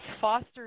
foster